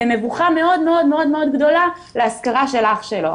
במבוכה מאוד מאוד גדולה לאזכרה של אח שלו.